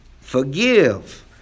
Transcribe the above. forgive